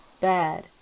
bad